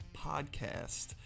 podcast